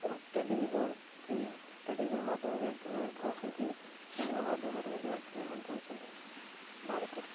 television କି television ମାଧ୍ୟମରେ entertainment ହେଉଛନ୍ତି ସିନେମା ମାଧ୍ୟମରେ ମଧ୍ୟ ଏଣ୍ଟରଟେନମେଣ୍ଟ ହେଉଛନ୍ତି ଭାରତରେ